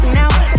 now